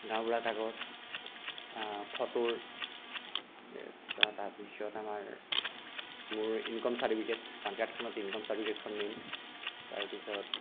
গাঁওবুঢ়া কাগজ ফটোৰ তাৰপিচত আমাৰ মোৰ ইনকম চাৰ্টিফিকেট পানকাৰ্ডখনত ইনকম চাৰ্টিফিকেটখন মেইন তাৰপিচত